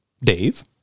Dave